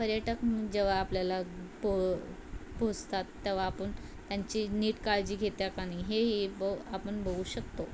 पर्यटक जेव्हा आपल्याला पो पोसतात तेव्हा आपण त्यांची नीट काळजी घेतो आहे की नाही हे ही ब आपण बघू शकतो